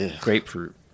grapefruit